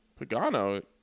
Pagano